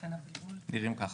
--- ולכן אנחנו נראים ככה.